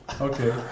Okay